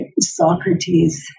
Socrates